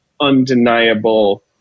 undeniable